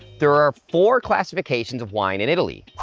there are four classifications of wine in italy,